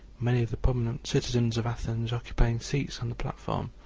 many of the prominent citizens of athens occupying seats on the platform,